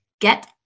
Get